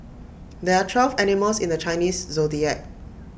there are twelve animals in the Chinese Zodiac